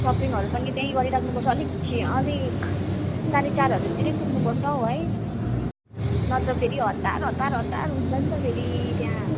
सपिङहरू पनि त्यहीँ गरिराख्नु पर्छ अलिक छिटो अलिक साढे चारहरूतिरै पुग्नुपर्छ हौ है नत्र फेरि हतार हतार हतार हुन्छ नि त फेरि त्यहाँ